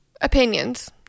opinions